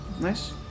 nice